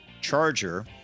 Charger